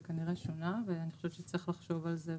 זה כנראה שונה ואני חושבת שצריך לחשוב על זה.